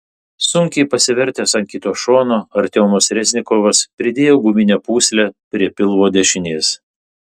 sunkiai pasivertęs ant kito šono artiomas reznikovas pridėjo guminę pūslę prie pilvo dešinės